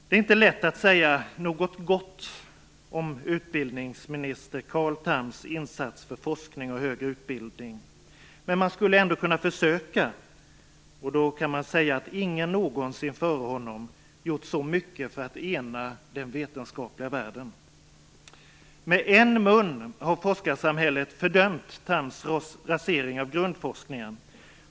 Det är inte lätt att säga något gott om utbildningsminister Carl Thams insats för forskning och högre utbildning. Skulle man ändå försöka kan man säga att ingen någonsin före honom gjort så mycket för att ena den vetenskapliga världen. Med en mun har forskarsamhället fördömt Thams rasering av grundforskningen.